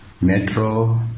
Metro